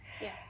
Yes